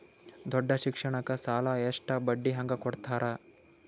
ದೊಡ್ಡ ಶಿಕ್ಷಣಕ್ಕ ಸಾಲ ಎಷ್ಟ ಬಡ್ಡಿ ಹಂಗ ಕೊಡ್ತಾರ?